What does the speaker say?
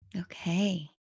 Okay